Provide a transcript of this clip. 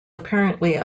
apparently